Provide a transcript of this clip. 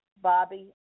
Bobby